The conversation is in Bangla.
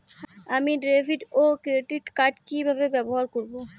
আমি ডেভিড ও ক্রেডিট কার্ড কি কিভাবে ব্যবহার করব?